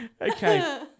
Okay